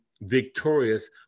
victorious